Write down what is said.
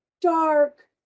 dark